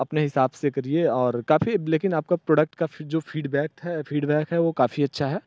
अपने हिसाब से करिए और काफ़ी लेकिन आपका प्रोडक्ट का फी जो फीडबैक्थ है फीडबैक है वह काफ़ी अच्छा है